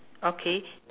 okay